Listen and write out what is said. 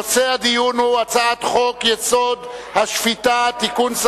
נושא הדיון הוא הצעת חוק-יסוד השפיטה (תיקון,